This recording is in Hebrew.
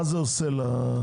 מה זה עושה למחיר החלב?